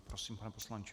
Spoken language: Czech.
Prosím, pane poslanče.